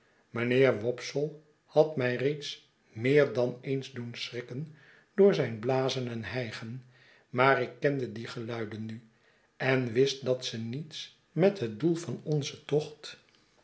mijnheer wopsle had mij reeds meer dan eens doen schrikken door zijnblazen en hijgen maar ik kende die geluiden nu en wist dat ze niets met het doel van onzen tocht